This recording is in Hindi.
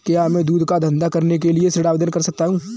क्या मैं दूध का धंधा करने के लिए ऋण आवेदन कर सकता हूँ?